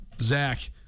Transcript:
Zach